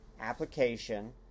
application